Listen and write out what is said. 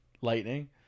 Lightning